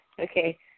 Okay